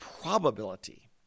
probability